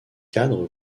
cadre